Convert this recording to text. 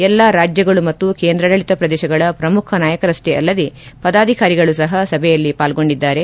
ಎಲ್ಲಾ ರಾಜ್ಯಗಳು ಮತ್ತು ಕೇಂದ್ರಾಡಳಿತ ಪ್ರದೇಶಗಳ ಪ್ರಮುಖ ನಾಯಕರಷ್ಟೇ ಅಲ್ಲದೇ ಪದಾಧಿಕಾರಿಗಳು ಸಹ ಸಭೆಯಲ್ಲಿ ಪಾಲ್ಗೊಂಡಿದ್ದಾರೆ